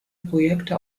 projekte